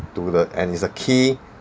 to the and is a key